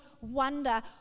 wonder